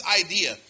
idea